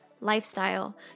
lifestyle